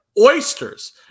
oysters